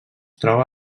troba